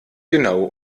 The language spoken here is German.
genau